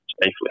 safely